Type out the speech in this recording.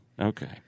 Okay